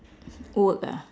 work ah